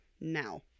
now